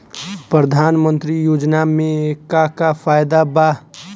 प्रधानमंत्री योजना मे का का फायदा बा?